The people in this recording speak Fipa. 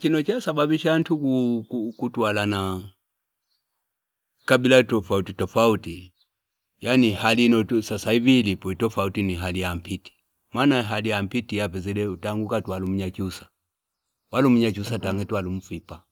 Chino chasababisha ntu kutuwala na kabila itofa utitofa uti. Yaani, hali inotufa. Sasa hii hili, poitofa uti ni hali ya mpiti. Mana hali ya mpiti yapezi leo taanguka tuwalu mnyakiusa? Walu minyajusada ngitu walu mfipa.